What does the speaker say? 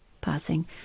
passing